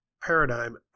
paradigm